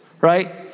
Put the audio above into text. right